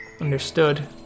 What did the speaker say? Understood